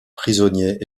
prisonniers